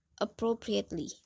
appropriately